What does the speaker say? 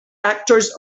actors